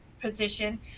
position